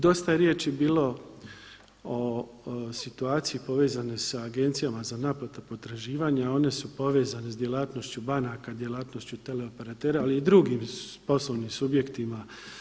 Dosta je riječi bilo o situaciji povezanoj sa agencijama za naplatu potraživanja a one su povezane sa djelatnošću bankama, djelatnošću teleoperatera ali i drugim poslovnim subjektima.